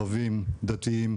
דתיים,